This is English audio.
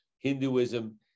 Hinduism